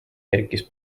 kerkis